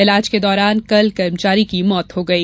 इलाज के दौरान कल कर्मचारी की मौत हो गई